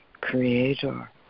Creator